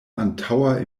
antaŭa